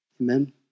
Amen